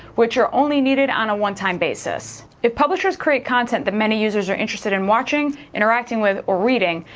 which are only needed on a one-time basis if publishers create content that many users are interested in watching, interacting with, or reading,